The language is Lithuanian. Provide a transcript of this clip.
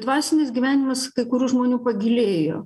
dvasinis gyvenimas kai kurių žmonių pagilėjo